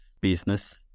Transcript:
business